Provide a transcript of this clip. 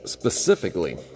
Specifically